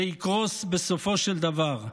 זה יקרוס בסופו של דבר.